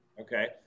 Okay